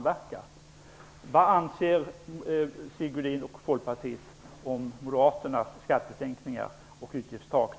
Vad anser Sigge Godin och Folkpartiet om Moderaternas skattesänkningar och utgiftstak?